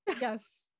Yes